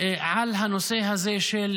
על הנושא הזה של